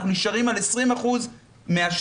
אנחנו נשארים על 20% מעשנים,